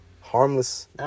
Harmless